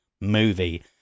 movie